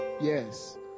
Yes